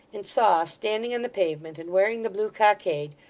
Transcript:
and saw, standing on the pavement, and wearing the blue cockade,